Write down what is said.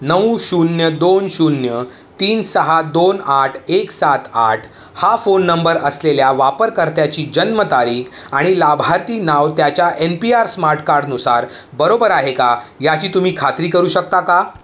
नऊ शून्य दोन शून्य तीन सहा दोन आठ एक सात आठ हा फोन नंबर असलेल्या वापरकर्त्याची जन्मतारीख आणि लाभार्थी नाव त्याच्या एन पी आर स्मार्ट कार्डनुसार बरोबर आहे का याची तुम्ही खात्री करू शकता का